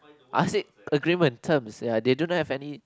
ask it agreement terms ya they do not have any